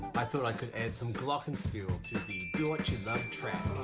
but thought i could add some glockenspiel to the do what you love track.